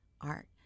art